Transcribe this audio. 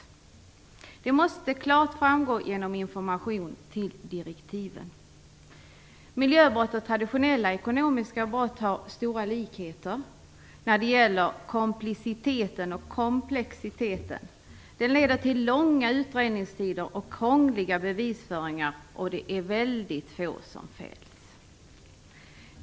Det måste klart framgå genom information till direktiven. Miljöbrott och traditionella ekonomiska brott har stora likheter när det gäller kompliciteten och komplexiteten. De leder till långa utredningstider och krångliga bevisföringar, och det är väldigt få som fälls.